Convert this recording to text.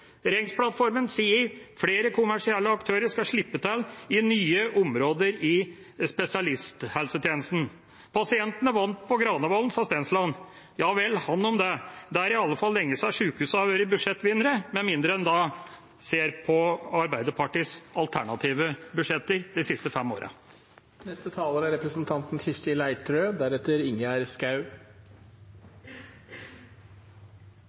Regjeringsplattformen sier at flere kommersielle aktører skal slippe til i nye områder i spesialisthelsetjenesten. Pasientene vant på Granavolden, sa Stensland. Ja vel, ham om det. Det er i alle fall lenge siden sykehusene har vært budsjettvinnere med mindre en ser på Arbeiderpartiets alternative budsjetter de siste fem årene. Vi har fått en utvidet høyreregjering, men innholdet i plattformen er